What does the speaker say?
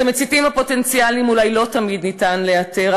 את המציתים הפוטנציאליים אולי לא תמיד אפשר לאתר,